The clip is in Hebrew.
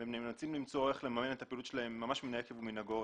והם נאלצים למצוא איך לממן את הפעילות שלהם ממש מן העקב ומן הגורן.